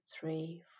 three